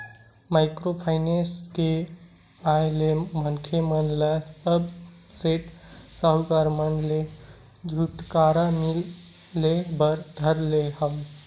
micro finance के आय ले मनखे मन ल अब सेठ साहूकार मन ले छूटकारा मिले बर धर ले हवय